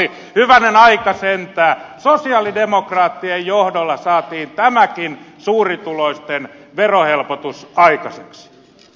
hyvänen aika sentään sosialidemokraattien johdolla saatiin tämäkin suurituloisten verohelpotus aikaiseksi